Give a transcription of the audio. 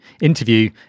interview